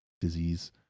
disease